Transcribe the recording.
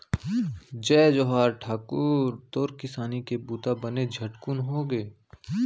जय जोहार ठाकुर, तोर किसानी के बूता बने झटकुन होगे?